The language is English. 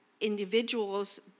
individuals